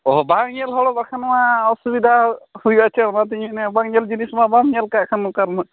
ᱚ ᱵᱟᱝ ᱧᱮᱞ ᱦᱚᱲ ᱵᱟᱠᱷᱟᱱ ᱢᱟ ᱚᱥᱩᱵᱤᱫᱟ ᱦᱩᱭᱩᱜᱼᱟ ᱪᱮ ᱚᱱᱟᱛᱤᱧ ᱢᱮᱱᱮᱫᱼᱟ ᱵᱟᱝ ᱧᱮᱞ ᱡᱤᱱᱤᱥ ᱢᱟ ᱵᱟᱢ ᱧᱮᱞ ᱠᱟᱜ ᱠᱷᱟᱱ ᱚᱠᱟᱨᱮ ᱱᱟᱦᱟᱜ